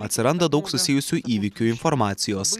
atsiranda daug susijusių įvykių informacijos